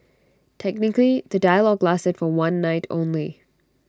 technically the dialogue lasted for one night only